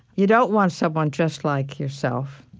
you don't want someone just like yourself.